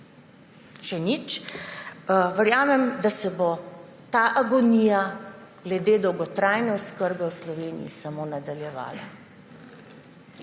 še nič − verjamem, da se bo ta agonija glede dolgotrajne oskrbe v Sloveniji samo nadaljevala.